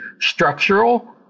structural